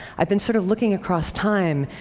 i've been sort of looking across time,